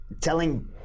telling